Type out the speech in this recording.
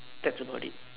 that's about it